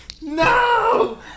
No